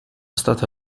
stata